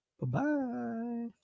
Bye-bye